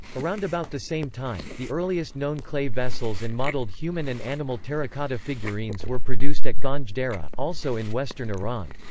around about the same time, the earliest-known clay vessels and modeled human and animal terracotta figurines were produced at ganj dareh, also in western iran.